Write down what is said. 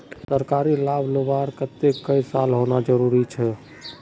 सरकारी लाभ लुबार केते कई साल होना जरूरी छे?